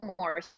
more